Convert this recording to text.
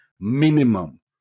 Minimum